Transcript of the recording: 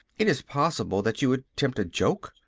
it is possible that you attempt a joke.